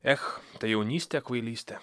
ech ta jaunystė kvailystė